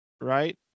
right